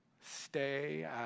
Stay